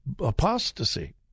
apostasy